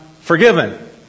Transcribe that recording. forgiven